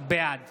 בעד